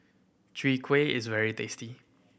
Chwee Kueh is very tasty